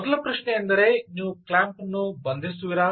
ಮೊದಲ ಪ್ರಶ್ನೆ ಎಂದರೆ ನೀವು ಕ್ಲ್ಯಾಂಪ್ ಅನ್ನು ಬಂಧಿಸುವಿರಾ